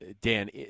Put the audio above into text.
Dan